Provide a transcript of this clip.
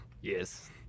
Yes